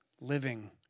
living